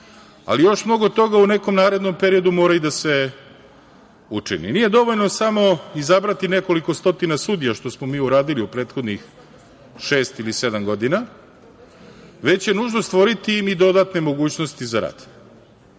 ali još mnogo toga u nekom narednom periodu mora i da se učini. Nije dovoljno samo izabrati nekoliko stotina sudija, što smo mi uradili u prethodnih šest ili sedam godina, već je nužno stvoriti im i dodatne mogućnosti za rad,